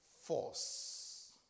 Force